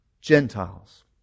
Gentiles